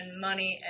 money